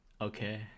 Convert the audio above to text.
Okay